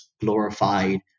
glorified